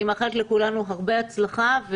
אני מאחלת לכולנו הרבה הצלחה.